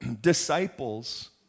disciples